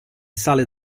sale